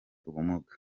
ubumuga